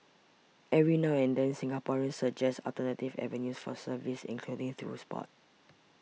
every now and then Singaporeans suggest alternative avenues for service including through sport